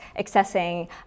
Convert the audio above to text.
accessing